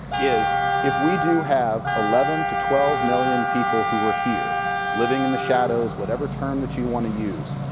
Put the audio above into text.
is if we do have eleven to twelve million people who are here living in the shadows, whatever term that you want to use,